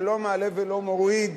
זה לא מעלה ולא מוריד,